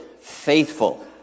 faithful